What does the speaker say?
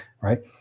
right